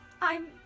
I'm